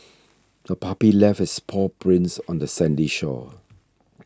the puppy left its paw prints on the sandy shore